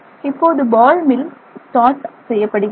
இப்போது பால் mill start செய்யப்படுகிறது